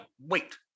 wait